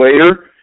later